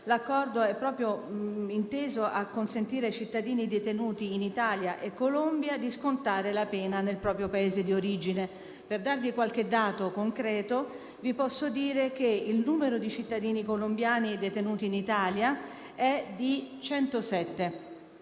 l'Accordo è proprio inteso a consentire ai cittadini detenuti in Italia e in Colombia di scontare la pena nel proprio Paese di origine. Per darvi qualche dato concreto, vi posso dire che il numero di cittadini colombiani detenuti in Italia è pari a 107